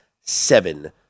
seven